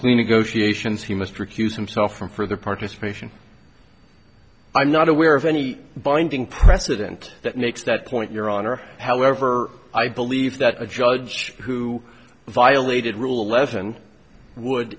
recuse himself from further participation i'm not aware of any binding precedent that makes that point your honor however i believe that a judge who violated rule eleven would